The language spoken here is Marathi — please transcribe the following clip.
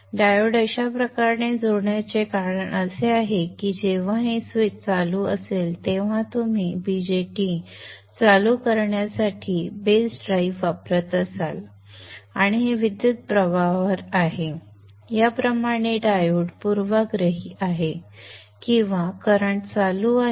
डायोड अशा प्रकारे जोडण्याचे कारण असे आहे की जेव्हा हे स्विच चालू असेल तेव्हा तुम्ही BJT चालू करण्यासाठी बेस ड्राइव्ह वापरत असाल आणि हे करंट वर आहे याप्रमाणे डायोड पूर्वाग्रही आहे किंवा करंट चालू आहे